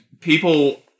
people